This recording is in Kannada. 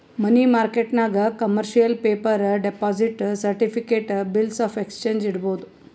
ಮನಿ ಮಾರ್ಕೆಟ್ನಾಗ್ commercial paper, deposit certificate, bills of exchange ಇಡ್ಬೋದ್